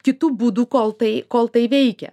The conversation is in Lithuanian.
kitu būdu kol tai kol tai veikia